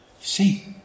See